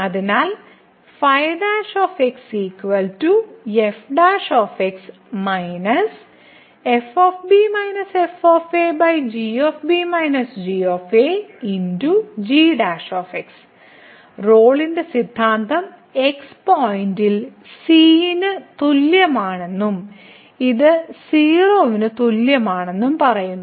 അതിനാൽ റോളിന്റെ സിദ്ധാന്തം x പോയിന്റിൽ c ന് തുല്യമാണെന്നും ഇത് 0 ന് തുല്യമാണെന്നും പറയുന്നു